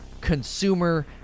consumer